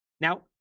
Now